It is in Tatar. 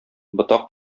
ботак